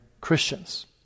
Christians